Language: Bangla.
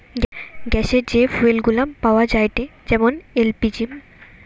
গ্যাসের যে ফুয়েল গুলা পাওয়া যায়েটে যেমন এল.পি.জি